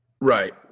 Right